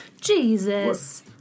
Jesus